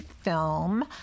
film